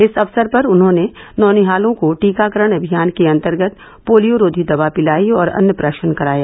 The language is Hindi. इस अवसर पर उन्होंने नौनिहालों को टीकाकरण अभियान के अंतर्गत पोलियोरोधी दवा पिलायी और अन्नप्राशन कराया